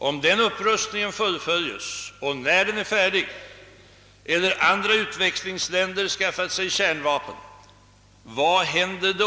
Om den upprustningen fullföljs och när den är färdig eller om andra utvecklingsländer skaffar sig kärnvapen måste man fråga sig: Vad händer då?